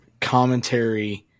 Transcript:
commentary